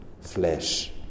flesh